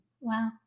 wow